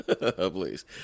please